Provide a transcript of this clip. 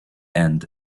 and